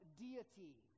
deity